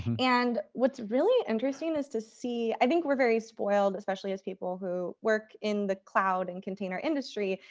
and what's really interesting is to see, i think we're very spoiled, especially as people who work in the cloud and container industry,